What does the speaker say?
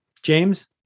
James